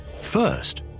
First